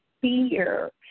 fear